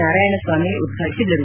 ನಾರಾಯಣ ಸ್ವಾಮಿ ಉದ್ಘಾಟಿಸಿದರು